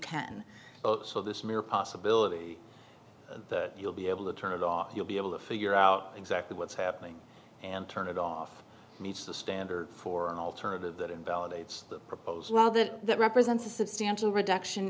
can so this mere possibility that you'll be able to turn it off you'll be able to figure out exactly what's happening and turn it off meets the standard for an alternative that invalidates the proposed law that represents a substantial reduction